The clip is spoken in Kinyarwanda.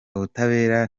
ubutabera